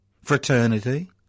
fraternity